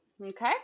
Okay